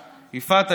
יפעת,